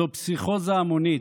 זו פסיכוזה המונית.